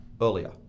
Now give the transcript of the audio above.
earlier